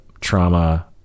trauma